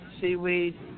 seaweed